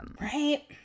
right